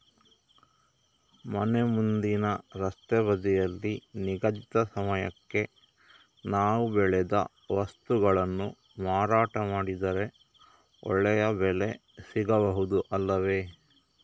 ಮನೆ ಮುಂದಿನ ರಸ್ತೆ ಬದಿಯಲ್ಲಿ ನಿಗದಿತ ಸಮಯಕ್ಕೆ ನಾವು ಬೆಳೆದ ವಸ್ತುಗಳನ್ನು ಮಾರಾಟ ಮಾಡಿದರೆ ಒಳ್ಳೆಯ ಬೆಲೆ ಸಿಗಬಹುದು ಅಲ್ಲವೇ?